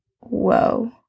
whoa